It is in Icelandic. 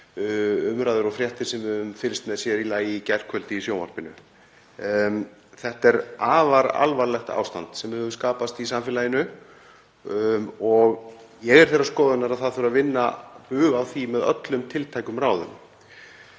umræður og fréttir sem við höfum fylgst með, sér í lagi í gærkvöldi í sjónvarpinu. Þetta er afar alvarlegt ástand sem hefur skapast í samfélaginu og ég er þeirrar skoðunar að það þurfi að vinna bug á því með öllum tiltækum ráðum.